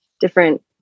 different